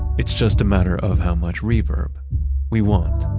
it's just a matter of how much reverb we want